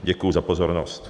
Děkuji za pozornost.